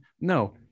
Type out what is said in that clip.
No